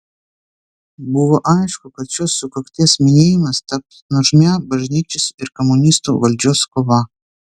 buvo aišku kad šios sukakties minėjimas taps nuožmia bažnyčios ir komunistų valdžios kova